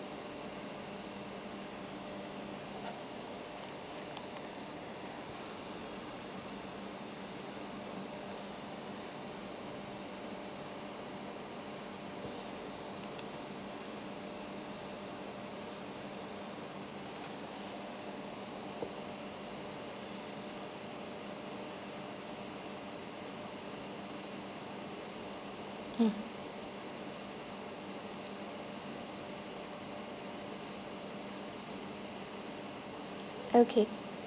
mm okay